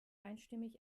einstimmig